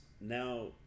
now